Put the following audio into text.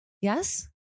yes